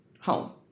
home